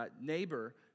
neighbor